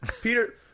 Peter